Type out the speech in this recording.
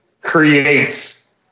creates